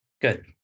Good